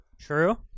True